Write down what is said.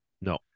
no